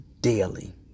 daily